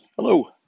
Hello